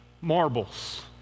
marbles